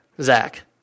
Zach